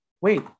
Wait